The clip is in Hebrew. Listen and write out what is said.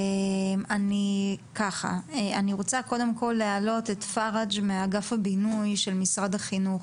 אני רוצה קודם כל להעלות את פרג' מאגף הבינוי של משרד החינוך.